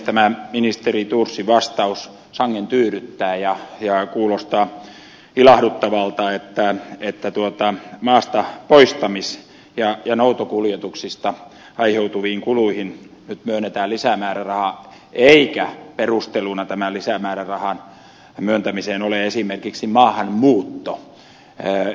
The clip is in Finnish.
tämä ministeri thorsin vastaus sangen tyydyttää ja kuulostaa ilahduttavalta että maastapoistamis ja noutokuljetuksista aiheutuviin kuluihin nyt myönnetään lisämääräraha eikä perusteluna tämän lisämäärärahan myöntämiseen ole esimerkiksi maahanmuutto